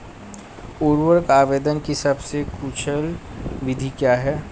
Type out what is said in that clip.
उर्वरक आवेदन की सबसे कुशल विधि क्या है?